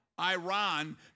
Iran